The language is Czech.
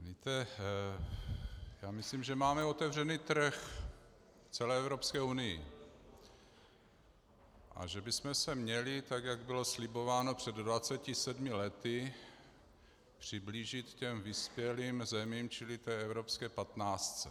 Víte, já myslím, že máme otevřený trh v celé Evropské unii a že bychom se měli, jak bylo slibováno před 27 lety, přiblížit těm vyspělým zemím, čili té evropské patnáctce.